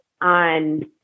on